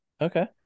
Okay